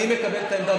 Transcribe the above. אני מקבל את העמדה,